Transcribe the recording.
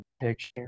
picture